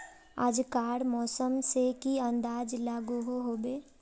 आज कार मौसम से की अंदाज लागोहो होबे?